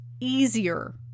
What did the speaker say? easier